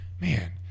man